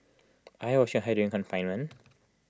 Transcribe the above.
are you washing your hair during confinement